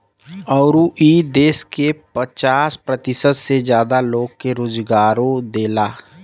अउर ई देस के पचास प्रतिशत से जादा लोग के रोजगारो देला